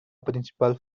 principal